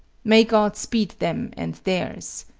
may god speed them and theirs.